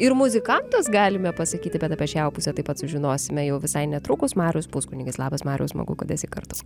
ir muzikantas galime pasakyti bet apie šią jo pusę taip pat sužinosime jau visai netrukus marius puskunigis labas mariau smagu kad esi kartas